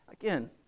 Again